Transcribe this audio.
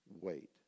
wait